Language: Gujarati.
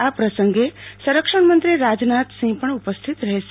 આ પ્રસંગે સંરક્ષણમંત્રી રાજનાથસિંહ પણ ઉપસ્થિત રહેશે